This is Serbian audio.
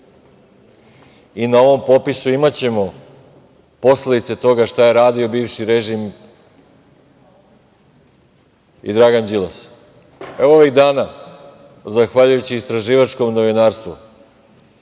I na ovom popisu imaćemo posledice toga šta je radio bivši režim i Dragan Đilas. Evo, ovih dana, zahvaljujući istraživačkom novinarstvu,